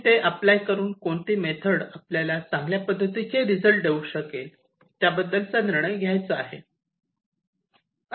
तुम्ही त्या अप्लाय करून कोणती मेथड आपल्याला चांगल्या पद्धतीचे रिझल्ट देऊ शकते त्याबद्दल निर्णय घ्यायचा आहे